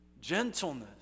gentleness